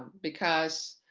because